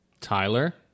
Tyler